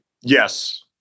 Yes